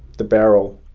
the barrel.